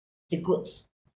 the goods